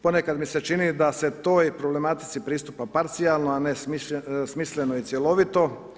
Ponekad mi se čini da se toj problematici pristupa parcijalno, a ne smisleno i cjelovito.